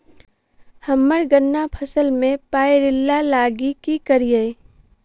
हम्मर गन्ना फसल मे पायरिल्ला लागि की करियै?